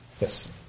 Yes